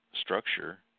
structure